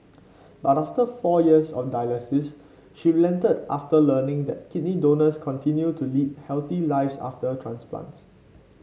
but after four years of dialysis she relented after learning that kidney donors continue to lead healthy lives after transplants